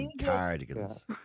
cardigans